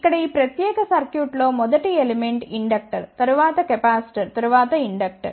ఇక్కడ ఈ ప్రత్యేక సర్క్యూట్ లో మొదటి మూలకం ఇండక్టర్ తరువాత కెపాసిటర్ తరువాత ఇండక్టర్